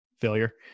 failure